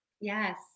Yes